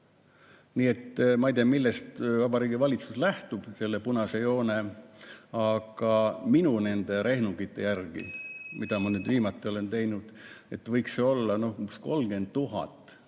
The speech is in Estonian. Nii et ma ei tea, millest Vabariigi Valitsus lähtub selle punase joone arvutamisel, aga minu nende rehnungite järgi, mida ma viimati olen teinud, võiks see olla umbes 30 000.